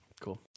cool